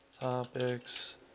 topics